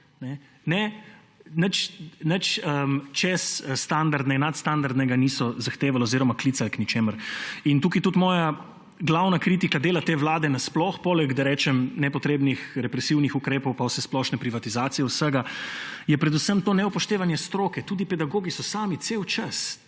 Ne, nič nadstandardnega niso zahtevali oziroma klicali k ničemur. In tukaj tudi moja glavna kritika dela te vlade nasploh, poleg nepotrebnih represivnih ukrepov pa vsesplošne privatizacije vsega, je predvsem to neupoštevanje stroke. Tudi pedagogi so sami cel čas